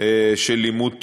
של לימוד תורה.